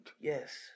Yes